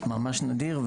ממש נדיר,